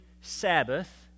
Sabbath